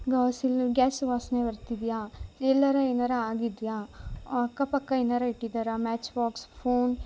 ಗಾಸಿಲ್ gas ವಾಸನೆ ಬರ್ತಿದೆಯ ಎಲ್ಲಾರು ಏನಾರು ಆಗಿದೆಯ ಅಕ್ಕ ಪಕ್ಕ ಏನಾರು ಇಟ್ಟಿದಾರ ಮ್ಯಾಚ್ ಬಾಕ್ಸ್ ಫೋನ್